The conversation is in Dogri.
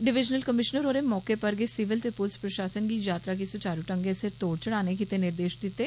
डिविजनल कमीशनर होरें मौके पर गै सिविल ते पुलस प्रशासन गी यात्रा गी सुचारू ढंगै सिर तोड़ चढ़ाने गितै निर्देश दित्ते